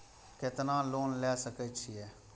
केतना लोन ले सके छीये?